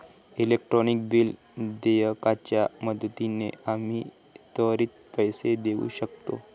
electronic bill देयकाच्या मदतीने आम्ही त्वरित पैसे देऊ शकतो